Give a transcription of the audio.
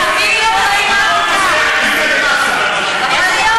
או: 1,000 שמלות של ציורים פרובוקטיביים לא מגיעים לאותנטיות של "כופיה